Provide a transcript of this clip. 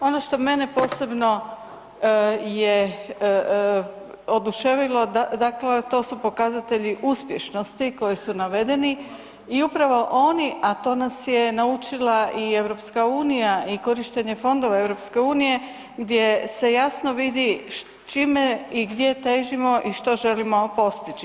Ono što mene posebno je oduševilo, dakle to su pokazatelji uspješnosti koji su navedeni i upravo oni, a to nas je naučila i EU i korištenje fondova EU gdje se jasno vidi čime i gdje težimo i što želimo postići.